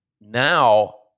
now